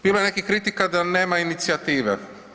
Bilo je nekih kritika da nema inicijative.